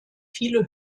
viele